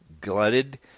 glutted